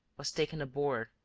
was taken aboard,